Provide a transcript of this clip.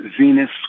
Venus